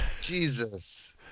Jesus